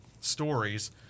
stories